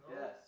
Yes